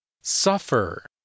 Suffer